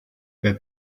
the